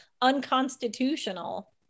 unconstitutional